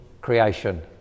Creation